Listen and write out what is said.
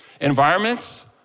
environments